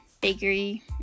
Bakery